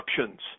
options